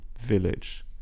village